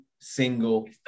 single